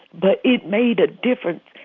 but it made a difference.